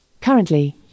Currently